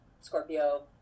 Scorpio